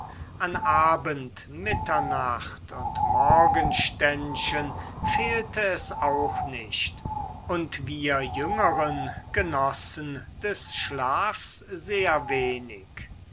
an abend mitternacht und morgenständchen fehlte es auch nicht und wir jüngeren genossen des schlafs sehr wenig